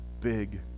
big